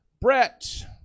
Brett